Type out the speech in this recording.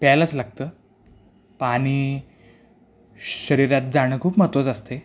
प्यायलाच लागतं पाणी शरीरात जाणं खूप महत्त्वाचं असतंय